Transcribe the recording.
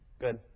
good